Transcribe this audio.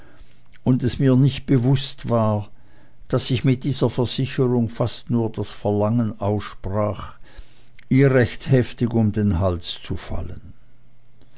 und es mir nicht bewußt war daß ich mit dieser versicherung fast nur das verlangen aussprach ihr recht heftig um den hals zu fallen